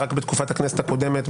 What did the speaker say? רק בתקופת הכנסת הקודמת,